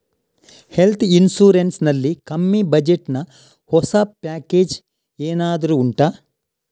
health insurance ನಲ್ಲಿ ಕಮ್ಮಿ budget ನ ಹೊಸ ಪ್ಯಾಕೇಜ್ ಏನಾದರೂ ಉಂಟಾ